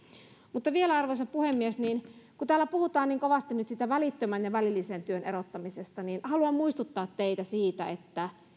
mutta vielä arvoisa puhemies kun täällä puhutaan niin kovasti nyt siitä välittömän ja välillisen työn erottamisesta niin haluan muistuttaa teitä siitä että